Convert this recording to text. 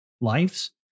lives